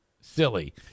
silly